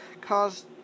caused